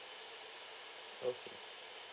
okay